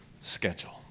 schedule